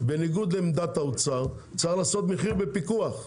בניגוד לעמדת האוצר, צריך לעשות מחיר בפיקוח,